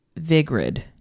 Vigrid